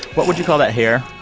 what would you call that hair?